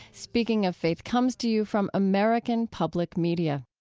speaking of faith comes to you from american public media